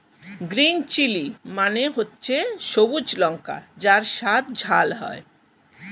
green chilli মানে হচ্ছে সবুজ লঙ্কা যার স্বাদ ঝাল হয়